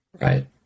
Right